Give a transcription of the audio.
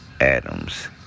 Adams